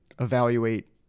evaluate